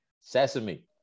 Sesame